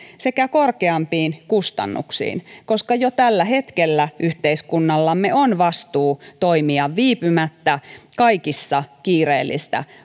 sekä korkeampiin kustannuksiin koska jo tällä hetkellä yhteiskunnallamme on vastuu toimia viipymättä kaikissa kiireellistä